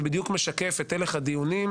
זה בדיוק משקף את הלך הדיונים.